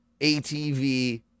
ATV